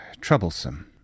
troublesome